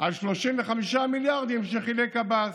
על 35 מיליארדים שחילק עבאס,